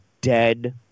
dead